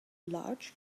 large